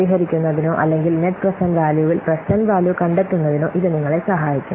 പരിഹരിക്കുന്നതിനോ അല്ലെങ്കിൽ net present വാല്യൂൽ present value കണ്ടെത്തുന്നതിനോ ഇത് നിങ്ങളെ സഹായിക്കും